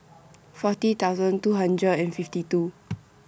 forty two hundred and fifty two